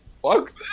Fuck